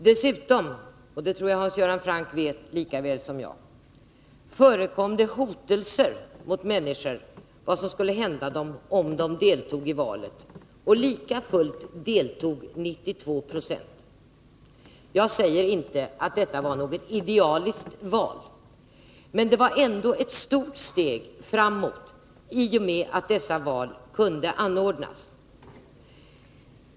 Dessutom — och det tror jag att Hans Göran Franck vet lika väl som jag — förekom det hotelser mot människor om vad som skulle hända dem om de deltog i valet. Likafullt deltog 92 90. Jag säger inte att detta var något idealiskt val, men det var ändå ett stort steg framåt att detta val kunde anordnas.